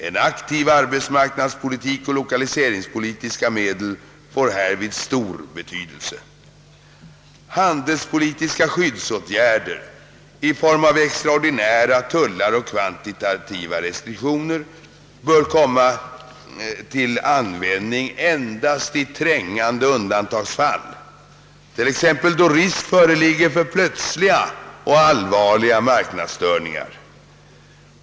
En aktiv arbetsmarknadspolitik och lokaliseringspolitiska medel får härvid stor betydelse. Handelspolitiska skyddsåtgärder i form av extraordinära tullar och kvantitativa restriktioner bör komma till användning endast i trängande undantagsfall, t.ex. då risk föreligger för plötsliga och allvarliga marknadsstörningar.